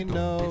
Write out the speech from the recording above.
no